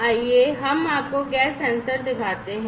आइए हम आपको गैस सेंसर दिखाते हैं